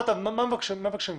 מה מבקשים ממך?